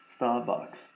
Starbucks